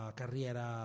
carriera